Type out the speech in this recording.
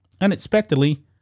Unexpectedly